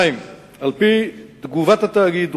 2. על-פי תגובת התאגיד,